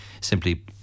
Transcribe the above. simply